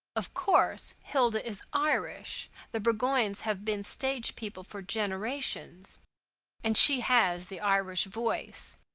of course, hilda is irish the burgoynes have been stage people for generations and she has the irish voice.